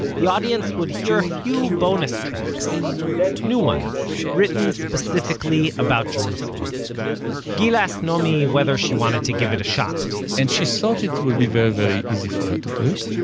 the audience would hear a few bonus tracks new ones, written specifically about jerusalem gil asked naomi whether she wanted to give it a shot and she thought it will be very very easy for her to do it,